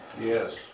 Yes